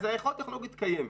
אז היכולת הטכנולוגית קיימת.